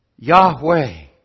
Yahweh